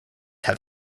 have